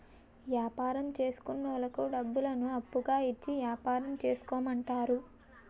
యాపారం చేసుకున్నోళ్లకు డబ్బులను అప్పుగా ఇచ్చి యాపారం చేసుకోమంటారు